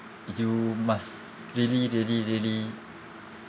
you must really really really